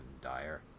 dire